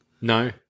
No